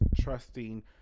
trusting